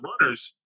runners